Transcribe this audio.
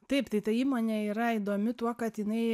taip tai ta įmonė yra įdomi tuo kad jinai